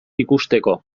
ikusteko